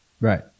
Right